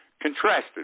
Contrasted